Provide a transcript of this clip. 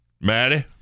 Maddie